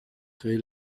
créer